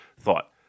thought